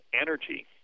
energy